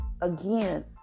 again